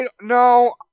No